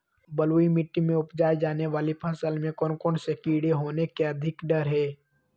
बलुई मिट्टी में उपजाय जाने वाली फसल में कौन कौन से कीड़े होने के अधिक डर हैं?